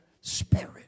spirit